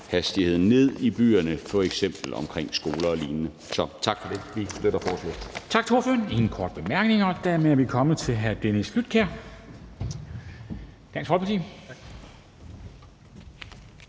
hastigheden ned i byerne, f.eks. ved skoler og lignende. Så tak for det.